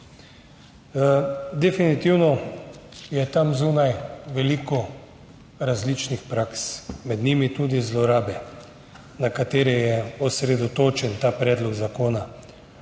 Definitivno je tam zunaj veliko različnih praks, med njimi tudi zlorabe, na katere je osredotočen ta predlog zakona.